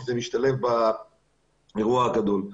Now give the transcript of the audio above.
כי זה משתלב באירוע הגדול.